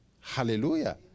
Hallelujah